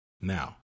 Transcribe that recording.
Now